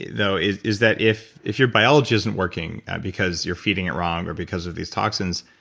though, is is that if if your biology isn't working because you're feeding it wrong, or because of these toxins,